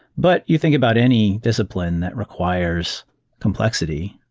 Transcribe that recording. but you think about any discipline that requires complexity,